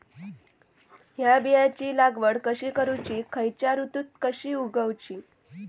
हया बियाची लागवड कशी करूची खैयच्य ऋतुत कशी उगउची?